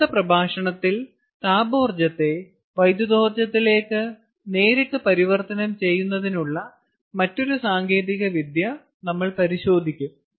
അടുത്ത പ്രഭാഷണത്തിൽ താപോർജ്ജത്തെ വൈദ്യുതോർജ്ജത്തിലേക്ക് നേരിട്ട് പരിവർത്തനം ചെയ്യുന്നതിനുള്ള മറ്റൊരു സാങ്കേതികവിദ്യ നമ്മൾ പരിശോധിക്കും